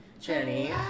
jenny